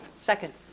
Second